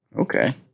Okay